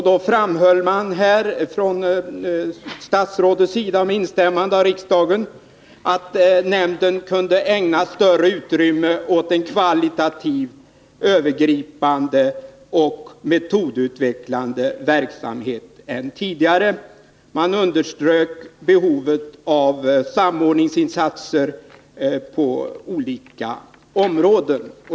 Då framhöll man från statsrådets sida och med instämmande av riksdagen att nämnden kunde ägna större utrymme åt en kvalitativ, övergripande och metodutvecklande verksamhet än tidigare. Man underströk behovet av samordningsinsatser på olika områden.